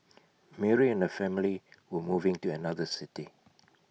Mary and her family were moving to another city